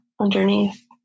underneath